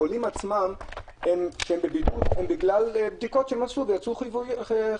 החולים עצמם שהם בבידוד זה בגלל בדיקות שהם עשו ויצאו חיוביות.